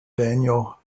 daniel